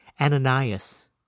Ananias